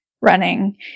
running